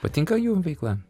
patinka jų veikla